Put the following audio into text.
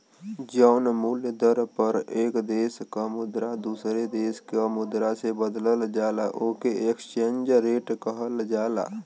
जौन मूल्य दर पर एक देश क मुद्रा दूसरे देश क मुद्रा से बदलल जाला ओके एक्सचेंज रेट कहल जाला